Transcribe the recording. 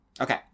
Okay